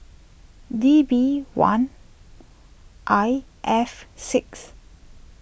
D B one I F six